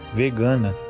vegana